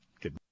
Good